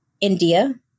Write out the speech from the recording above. India